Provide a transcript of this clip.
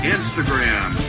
Instagram